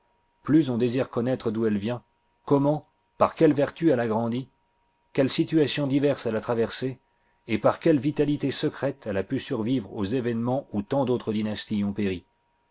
plus on désire connaître d'où elle vient comment par quelles vertus elle a grandi quelles situations diverses elle a traversées et par quelle vitalité secrète elle a pu survivre aux événements où tant d'autres dynasties ont péri